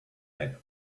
ein